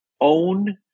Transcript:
own